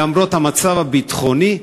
למרות המצב הביטחוני,